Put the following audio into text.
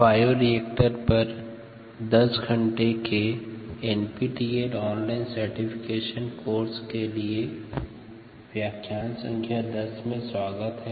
bioreactors पर 10 घंटे के एनपीटीईएल ऑनलाइन सर्टिफिकेशन कोर्स के लिए व्याख्यान संख्या 10 में स्वागत है